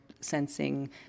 sensing